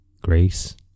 grace